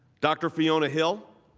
dr. fiona hill,